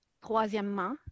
Troisièmement